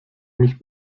mich